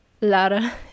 Lara